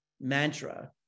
mantra